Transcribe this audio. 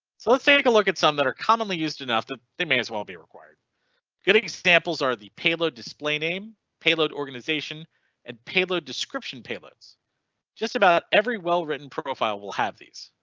so let's take a look at some that are commonly used enough that they may as well be required good examples are the payload display name payload organization and payload description payloads just about every, well written profile will have these.